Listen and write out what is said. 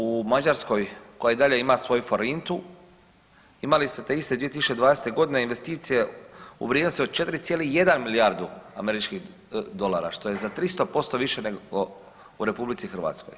U Mađarskoj koja i dalje ima svoju forintu imali ste 2020. g. investicije u vrijednosti od 4,1 milijardu američkih dolara, što je za 300% više nego u RH.